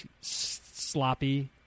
sloppy